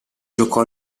giocò